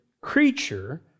creature